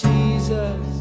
Jesus